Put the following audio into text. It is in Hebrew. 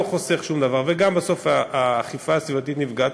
חוסך שום דבר וגם בסוף האכיפה הסביבתית נפגעת,